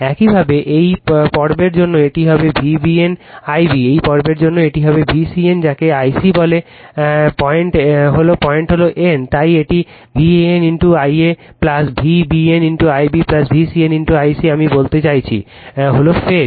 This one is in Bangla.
একইভাবে এই পর্বের জন্য এটি হবে v BN Ib এই পর্বের জন্য এটি হবে VCN যাকে i c বলে রেফার টাইম 0915 পয়েন্ট হল N তাই এটিকে VAN Ia v BN Ib VCN i c আমি বলতে চাইছি সময় রেফার করুন 0928 হল ফেজ